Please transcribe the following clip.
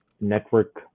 network